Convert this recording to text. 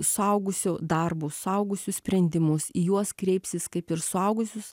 suaugusių darbus suaugusių sprendimus į juos kreipsis kaip ir suaugusius